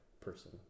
person